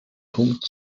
punkt